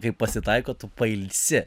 kaip pasitaiko tu pailsi